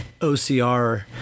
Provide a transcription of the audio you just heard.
OCR